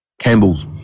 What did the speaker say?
Campbell's